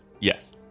Yes